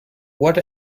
what